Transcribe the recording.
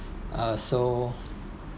uh so